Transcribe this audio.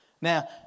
Now